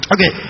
Okay